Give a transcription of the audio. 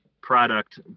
product